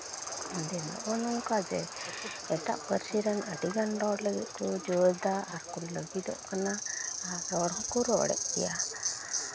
ᱟᱫᱚ ᱱᱚᱜᱼᱚᱸᱭ ᱱᱚᱝᱠᱟ ᱜᱮ ᱮᱴᱟᱜ ᱯᱟᱹᱨᱥᱤ ᱨᱮᱱ ᱟᱹᱰᱤᱜᱟᱱ ᱨᱚᱲ ᱞᱟᱹᱜᱤᱫ ᱠᱚ ᱡᱳᱨᱫᱟ ᱟᱨᱠᱚ ᱨᱚᱲ ᱞᱟᱹᱜᱤᱫᱚᱜ ᱠᱟᱱᱟ ᱟᱨ ᱨᱚᱲ ᱦᱚᱸᱠᱚ ᱨᱚᱲᱮᱫ ᱜᱮᱭᱟ